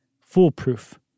foolproof